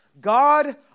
God